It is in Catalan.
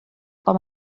com